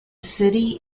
city